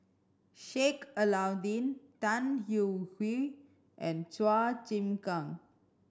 Sheik Alau'ddin Tan Hwee Hwee and Chua Chim Kang